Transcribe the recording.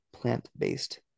plant-based